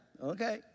Okay